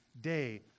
day